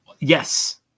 yes